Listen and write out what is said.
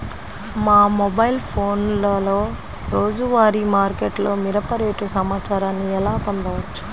మా మొబైల్ ఫోన్లలో రోజువారీ మార్కెట్లో మిరప రేటు సమాచారాన్ని ఎలా పొందవచ్చు?